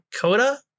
Coda